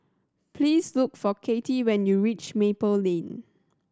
please look for Kittie when you reach Maple Lane